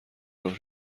راه